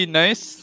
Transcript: nice